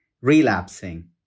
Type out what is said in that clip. relapsing